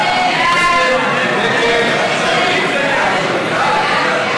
ההצעה להעביר לוועדה